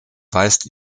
weist